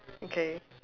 okay